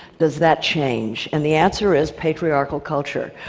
does that change? and the answer is patriarchal culture,